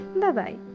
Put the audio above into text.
Bye-bye